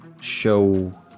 show